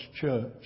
church